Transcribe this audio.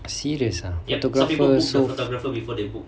serious ah photographer so